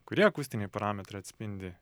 kurie akustiniai parametrai atspindi